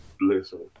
Listen